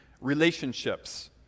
relationships